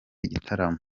igitaramo